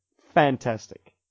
fantastic